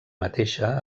mateixa